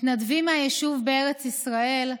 מתנדבים מהיישוב בארץ ישראל,